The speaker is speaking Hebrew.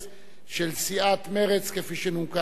של סיעת מרצ, כפי שנומקה על-ידי אילן גילאון,